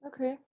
Okay